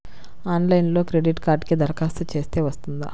ఆన్లైన్లో క్రెడిట్ కార్డ్కి దరఖాస్తు చేస్తే వస్తుందా?